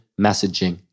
messaging